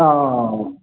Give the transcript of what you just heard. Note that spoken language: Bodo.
औ